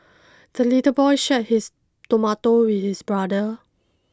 the little boy shared his tomato with his brother